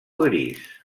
gris